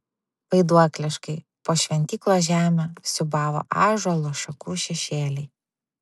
vaiduokliškai po šventyklos žemę siūbavo ąžuolo šakų šešėliai